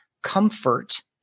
comfort